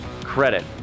credit